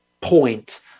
Point